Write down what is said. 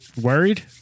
Worried